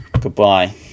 Goodbye